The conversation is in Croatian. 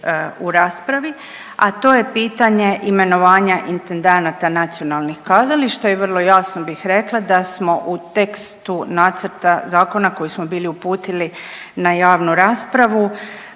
u raspravi, a to je pitanje imenovanja intendanata nacionalnih kazališta i vrlo jasno bih rekla da smo u tekstu nacrta zakona koji smo bili uputili na javnu raspravu